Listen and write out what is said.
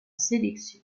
sélection